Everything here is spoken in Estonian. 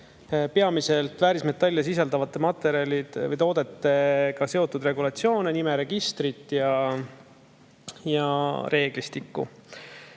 peamiselt väärismetalle sisaldavate materjalide või toodetega seotud regulatsioone, nimeregistrit ja reeglistikku.